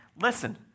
Listen